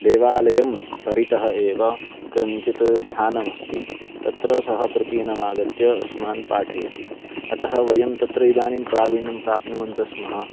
देवालयं परितः एव कञ्चित् स्थानमस्ति तत्र सः प्रतिदिनम् आगत्य अस्मान् पाठयति अतः वयं तत्र इदानीं प्राविण्यं प्राप्नुवन्तः स्मः